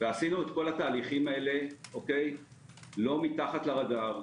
עשינו את כל התהליכים האלה לא מתחת לרדאר.